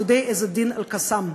"גדודי עז א-דין אל-קסאם".